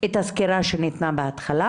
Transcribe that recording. את הסקירה שניתנה בהתחלה,